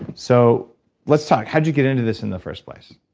so let's talk. how'd you get into this in the first place?